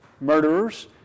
murderers